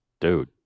Dude